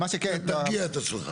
אתה תרגיע את עצמך.